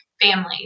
families